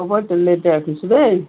হ'ব তেনেহ'লে এতিয়া ৰাখিছোঁ দেই